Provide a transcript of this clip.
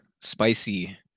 spicy